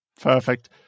Perfect